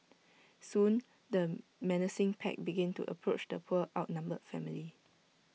soon the menacing pack began to approach the poor outnumbered family